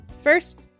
First